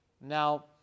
Now